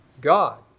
God